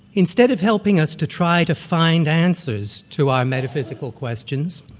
instead of helping us to try to find answers to our metaphysical questions,